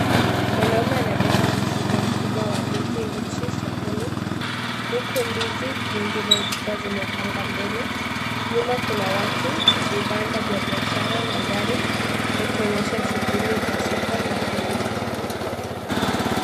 Mwanaume anabeba mzigo wa ndizi mbichi sokoni, huku ndizi zingine zikiwa zimepangwa huku mbele. Nyuma kuna watu, vibanda vya biashara na gari, yakionyesha shughuli za soko la kienyeji.